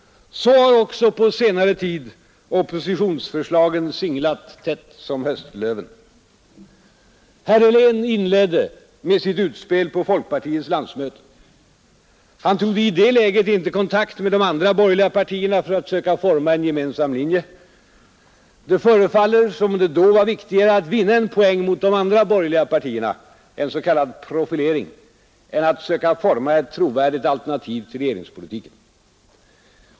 Så har också på senare tid oppositionsförslagen singlat tätt som höstlöven. Herr Helén inledde med sitt utspel på folkpartiets landsmöte. Han tog i det läget inte kontakt med de andra borgerliga partierna för att söka forma en gemensam linje. Det förefaller som om det då var viktigare att vinna en poäng mot de andra borgerliga partierna — en s.k. profilering — än att söka forma ett trovärdigt alternativ till regeringspolitiken.